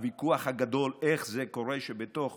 הוויכוח הגדול: איך זה קורה שבתוך